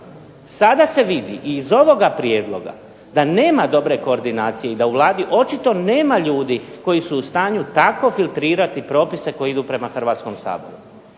Sada se vidi i iz ovoga prijedloga da nema dobre koordinacije, i da u Vladi očito nema ljudi koji su u stanju tako filtrirati propise koji idu prema Hrvatskom saboru.